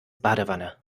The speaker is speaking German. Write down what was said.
badewanne